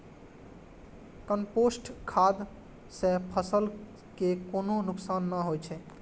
compost खाद सं फसल कें कोनो नुकसान नै होइ छै